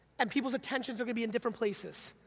and people's attentions are gonna be in different places,